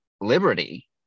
liberty